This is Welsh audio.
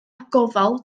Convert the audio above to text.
gofal